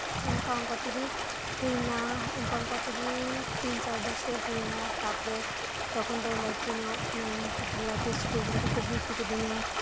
ᱚᱱᱠᱟ ᱚᱱᱠᱟ ᱛᱮᱜᱮ ᱦᱩᱭ ᱮᱱᱟ ᱚᱱᱠᱟ ᱚᱱᱠᱟ ᱛᱮᱜᱮ ᱛᱤᱱᱪᱟᱨ ᱵᱚᱪᱷᱚᱨ ᱦᱩᱭᱮᱱᱟ ᱛᱟᱨᱯᱚᱨᱮ ᱛᱚᱠᱷᱚᱱ ᱫᱚ ᱞᱟᱹᱴᱩ ᱧᱚᱜ ᱤᱱᱟᱹᱧ ᱛᱟᱨᱯᱚᱨᱮ ᱞᱟᱹᱴᱩ ᱤᱥᱠᱩᱞ ᱨᱮᱠᱚ ᱵᱷᱚᱨᱛᱤ ᱠᱮᱫᱤᱧᱟ